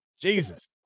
Jesus